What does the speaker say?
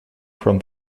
from